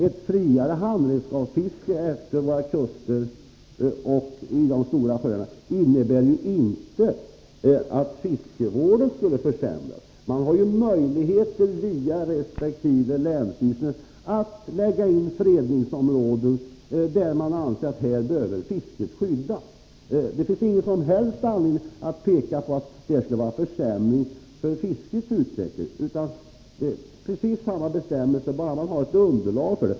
Ett friare handredskapsfiske efter våra kuster och i de stora sjöarna innebär inte att fiskevården försämras. Man har via resp. länsstyrelse möjlighet att lägga in fredningsområden där man anser att fisket behöver skyddas. Det finns ingen som helst anledning att peka på att ett friare handredskapsfiske skulle innebära en försämring för fiskets utveckling. Precis samma bestämmelse kan åberopas, bara det finns ett underlag.